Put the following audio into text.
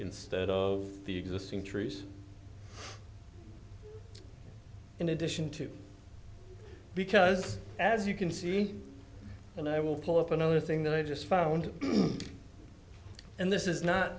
instead of the existing trees in addition to because as you can see and i will pull up another thing that i just found and this is not